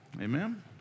amen